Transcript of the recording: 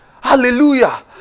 Hallelujah